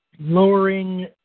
lowering